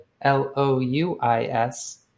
L-O-U-I-S